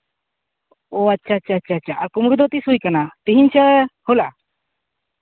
ᱚ ᱟᱪᱪᱷᱟ ᱟᱪᱪᱷᱟ ᱟᱪᱪᱷᱟ ᱟᱨ ᱠᱩᱢᱵᱽᱲᱩ ᱫᱚ ᱛᱤᱥ ᱦᱩᱭ ᱠᱟᱱᱟ ᱛᱤᱦᱤᱧ ᱥᱮ ᱦᱚᱞᱟ